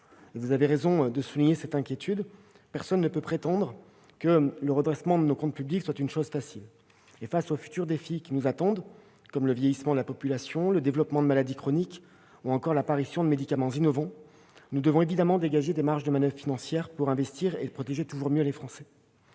Vous avez raison, et personne ne peut prétendre que le redressement de nos comptes publics est chose facile. Face aux futurs défis qui nous attendent, comme le vieillissement de la population, le développement de maladies chroniques, ou encore l'apparition de médicaments innovants, nous devons évidemment dégager des marges de manoeuvre financières pour investir et protéger toujours mieux les Français.